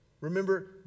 Remember